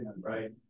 right